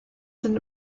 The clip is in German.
sind